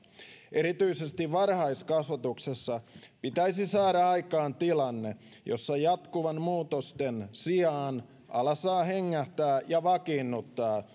erityisesti varhaiskasvatuksessa pitäisi saada aikaan tilanne jossa jatkuvien muutosten sijaan ala saa hengähtää ja vakiinnuttaa